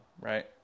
Right